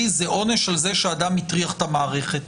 יהיה עונש על זה שאדם הטריח את המערכת.